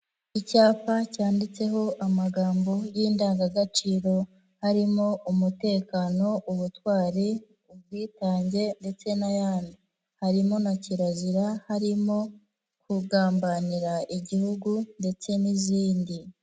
Icyapa cyanditseho amagambo y'indangagaciro, harimo umutekano ubutwari, ubwitange ndetse n'ayandi. Harimo na kirazira harimo, kugambanira igihugu, ndetse n'izindi.